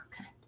okay